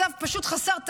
מצב פשוט חסר תקדים.